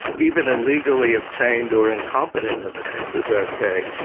even illegally obtained or incompetent evidence is okay.